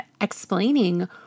explaining